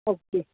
okay